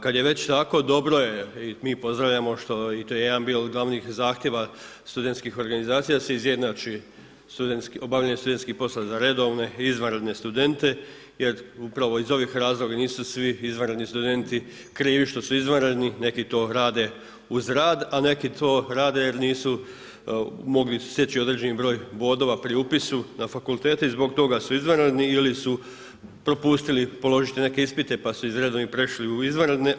Kada je već tako dobro je i mi pozdravljamo što, i to je jedan bio od glavnih zahtjeva studentskih organizacija da se izjednači studentski, obavljanje studentskih poslova za redovne i izvanredne studente jer upravo iz ovih razloga i nisu svi izvanredni studenti krivi što su izvanredni, neki to rade uz rad a neki to rade jer nisu mogli steći određeni broj bodova pri upisu na fakultete i zbog toga su izvanredni ili su propustili položiti neke ispite pa su iz redovnih prešli u izvanredne.